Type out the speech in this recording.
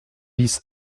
dix